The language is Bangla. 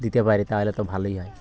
দিতে পারি তাহলে তো ভালোই হয়